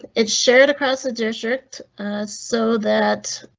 it's shared across the district so that